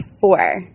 four